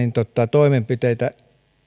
toimenpiteitä